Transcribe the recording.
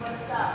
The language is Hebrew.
כבוד השר,